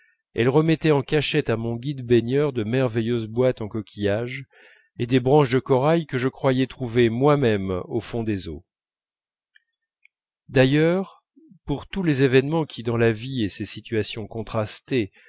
elle remettait en cachette à mon guide baigneur de merveilleuses boîtes en coquillages et des branches de corail que je croyais trouver moi-même au fond des eaux d'ailleurs pour tous les événements qui dans la vie et ses situations contrastées